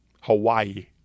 hawaii